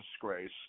disgrace